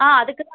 ஆ அதுக்கு தான்